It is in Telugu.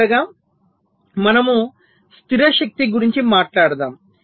చివరగా మనము స్థిర శక్తి గురించి మాట్లాడుతాము